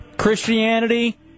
Christianity